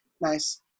nice